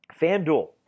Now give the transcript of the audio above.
FanDuel